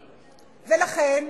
ולכן,